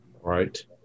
Right